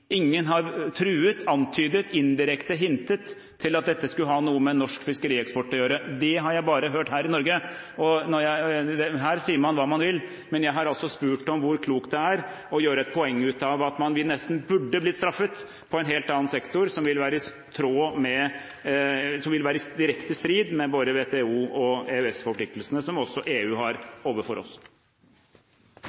Ingen har truet, antydet eller indirekte hintet om at dette skulle ha noe med norsk fiskerieksport å gjøre. Det har jeg bare hørt her i Norge, og her sier man hva man vil. Men jeg har altså spurt om hvor klokt det er å gjøre et poeng ut av at vi nesten burde blitt straffet på en helt annen sektor, som vil være direkte i strid med våre WTO- og EØS-forpliktelser, som også EU har overfor oss. Debatten i